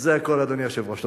זה הכול, אדוני היושב-ראש.